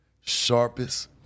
sharpest